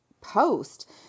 post